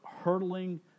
hurtling